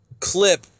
clip